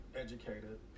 educated